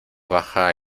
baja